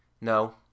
no